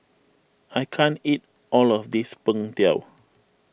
I can't eat all of this Png Tao